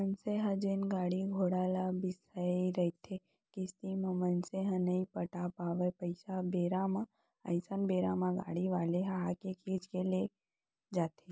मनसे ह जेन गाड़ी घोड़ा ल बिसाय रहिथे किस्ती म मनसे ह नइ पटा पावय पइसा बेरा म अइसन बेरा म गाड़ी वाले ह आके खींच के लेग जाथे